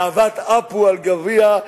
לאהבת עפו אגבאריה,